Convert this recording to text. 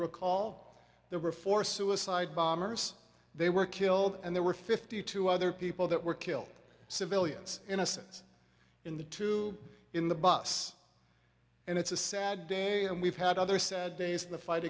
recall there were four suicide bombers they were killed and there were fifty two other people that were killed civilians innocents in the two in the bus and it's a sad day and we've had other said days the fight